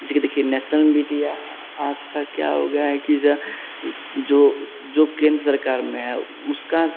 जैसे कि देखिए नेसनल मीडिया आज का क्या हो गया है कि ज जो जो केंद्र सरकार में है उसका